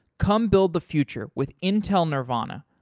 come build the future with intel nervana.